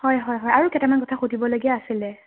হয় হয় হয় আৰু কেইটামান কথা সুবিধলগীয়া আছিলে